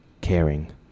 caring